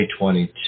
2022